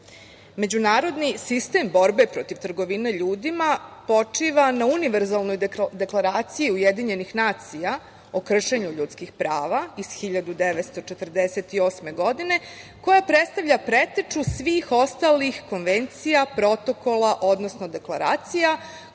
Međunarodni sistem borbe protiv trgovine ljudima počiva na Univerzalnoj deklaraciji UN o kršenju ljudskih prava iz 1948. godine, koja predstavlja preteču svih ostalih konvencija, protokola, odnosno deklaracija